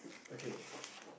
okay